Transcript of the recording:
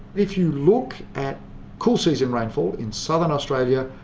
if you look at cool season rainfall in southern australia,